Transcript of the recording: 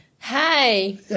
Hi